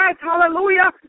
hallelujah